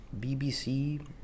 BBC